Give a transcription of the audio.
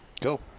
go